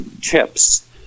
chips